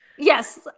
Yes